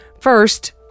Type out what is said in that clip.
First